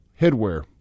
headwear